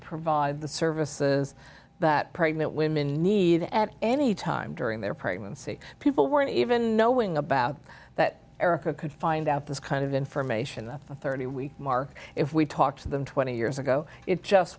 provide the services that pregnant women need at any time during their pregnancy people weren't even knowing about that erica could find out this kind of information the thirty week mark if we talked to them twenty years ago it just